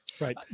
Right